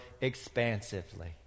expansively